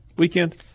weekend